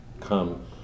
come